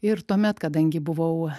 ir tuomet kadangi buvau